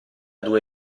due